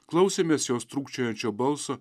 klausėmės jos trūkčiojančio balso